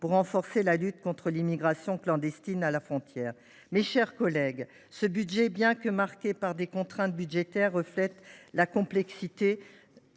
pour renforcer la lutte contre l’immigration clandestine à la frontière. Mes chers collègues, ce projet de budget, bien que marqué par des contraintes financières, reflète la complexité